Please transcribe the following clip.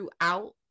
throughout